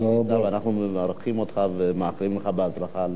ואנחנו מברכים אותך ומאחלים לך הצלחה בהמשך.